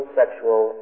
sexual